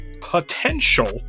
potential